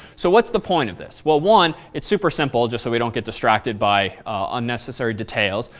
so what's the point of this? well, one, it's super simple just so we don't get distracted by unnecessary details.